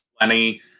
plenty